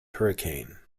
hurricane